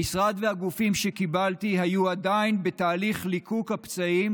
המשרד והגופים שקיבלתי היו עדיין בתהליך ליקוק הפצעים